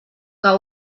que